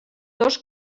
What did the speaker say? dos